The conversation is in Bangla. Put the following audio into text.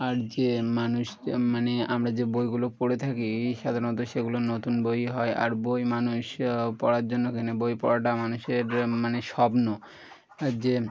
আর যে মানুষ মানে আমরা যে বইগুলো পড়ে থাকি সাধারণত সেগুলো নতুন বইই হয় আর বই মানুষ পড়ার জন্য কেনে বই পড়াটা মানুষের মানে স্বপ্ন যে